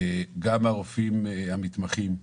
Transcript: גם הרופאים המתחמים,